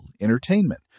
entertainment